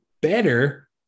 better